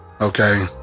Okay